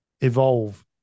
evolve